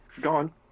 Gone